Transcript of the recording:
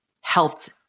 helped